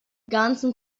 ganzen